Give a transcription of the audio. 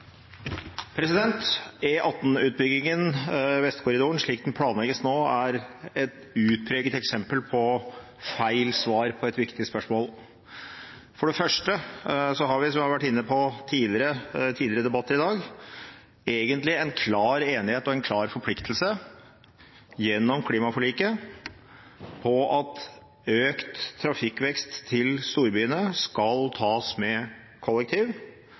mulig. E18-utbyggingen, Vestkorridoren, slik den planlegges nå, er et utpreget eksempel på feil svar på et viktig spørsmål. For det første har vi, som vi har vært inne på i tidligere debatter i dag, egentlig en klar enighet og en klar forpliktelse gjennom klimaforliket på at økt trafikkvekst til storbyene skal tas med